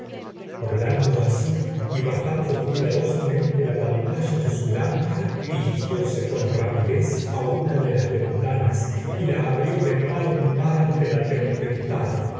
hablando así y bajando cuidadosamente la pantalla de su lámpara dirigióse con rapidez a una de las ventanas y la abrió de par en par ante la tempestad